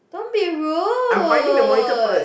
don't be rude